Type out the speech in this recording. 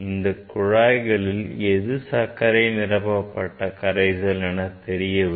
இக் குழாய்களில் எது சர்க்கரை கரைசல் நிரப்பப்பட்டது எனத் தெரியவில்லை